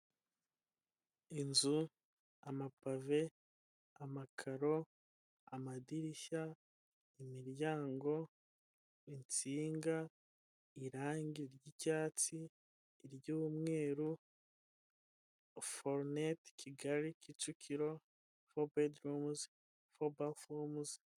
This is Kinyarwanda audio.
Inzu, amapave, amakaro, amadirishya, imiryango, insinga, irangi ry'icyatsi, iry'umweru, foru renti, Kigali-Kicukiro fo bedirumuzi, fo bafurumuzi.